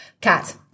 Cat